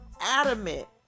adamant